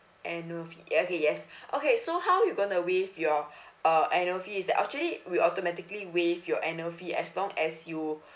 annual fee okay yes okay so how you gonna waive your uh annual fee is that actually we automatically waive your annual fee as long as you